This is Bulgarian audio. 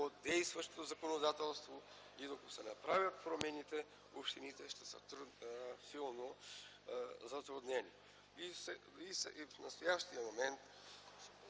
от действащото законодателство и докато се направят промените, общините ще са силно затруднени. И в настоящия момент